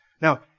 Now